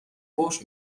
فحش